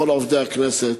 לכל עובדי הכנסת,